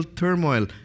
turmoil